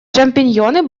шампиньоны